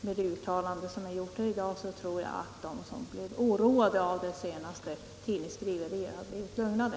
Med de uttalanden som gjorts i dag tror jag att de som blev oroade av de senaste tidningsskriverierna blivit lugnade.